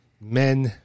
men